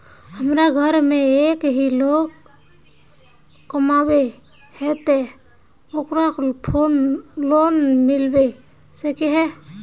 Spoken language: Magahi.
हमरा घर में एक ही लोग कमाबै है ते ओकरा लोन मिलबे सके है?